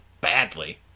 badly